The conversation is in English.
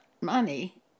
money